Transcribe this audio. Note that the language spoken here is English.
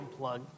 unplug